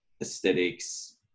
aesthetics